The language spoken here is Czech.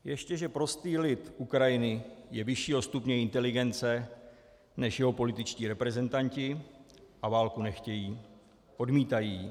Ještě že prostý lid Ukrajiny je vyššího stupně inteligence než jeho političtí reprezentanti a válku nechtějí, odmítají ji.